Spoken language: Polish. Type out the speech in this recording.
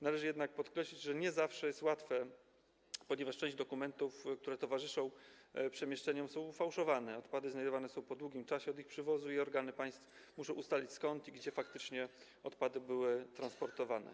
Należy jednak podkreślić, że nie zawsze jest to łatwe, ponieważ część dokumentów, które towarzyszą przemieszczeniom, jest fałszowana, odpady znajdowane są po długim czasie od ich przywozu i organy państw muszą ustalić, skąd i gdzie faktycznie odpady były transportowane.